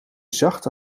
zacht